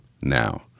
now